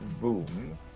boom